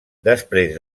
després